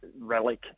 relic